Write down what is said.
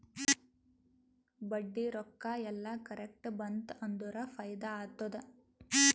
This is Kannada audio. ಬಡ್ಡಿ ರೊಕ್ಕಾ ಎಲ್ಲಾ ಕರೆಕ್ಟ್ ಬಂತ್ ಅಂದುರ್ ಫೈದಾ ಆತ್ತುದ್